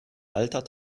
alter